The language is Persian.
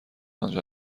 آنجا